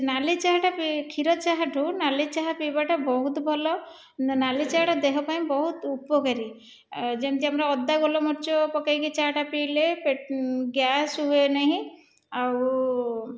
ନାଲି ଚାହା ଟା ପି କ୍ଷୀର ଚାହା ଠୁ ନାଲି ଚାହା ପିଇବାଟା ବହୁତ ଭଲ ନାଲି ଚାହାଟା ଦେହ ପାଇଁ ବହୁତ ଉପକାରୀ ଆଉ ଯେମତି ଆମର ଅଦା ଗୋଲମରୀଚ ପକେଇକି ଚାହା ଟା ପିଇଲେ ଗ୍ୟାସ୍ ହୁଏ ନାହିଁ ଆଉ